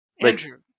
Andrew